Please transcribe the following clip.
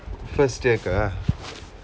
first year ah